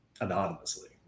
anonymously